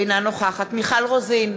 אינה נוכחת מיכל רוזין,